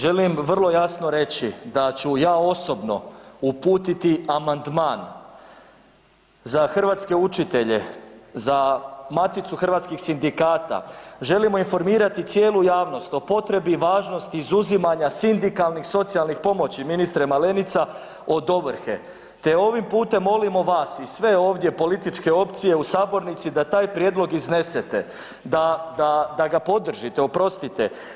Želim vrlo jasno reći da ću ja osobno uputiti amandman za hrvatske učitelje, za Maticu hrvatskih sindikata, želimo informirati cijelu javnost o potrebi i važnosti izuzimanja sindikalnih socijalnih pomoći, ministre Malenica, od ovrhe te ovim putem molimo vas i sve ovdje političke opcije u sabornici da taj prijedlog iznesete, da ga podržite, oprostite.